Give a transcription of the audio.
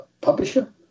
publisher